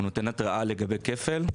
הוא נותן התראה לגבי כפל.